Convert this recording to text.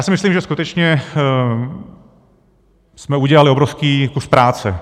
Myslím si, že skutečně jsme udělali obrovský kus práce.